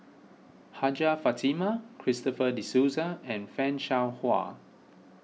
Hajjah Fatimah Christopher De Souza and Fan Shao Hua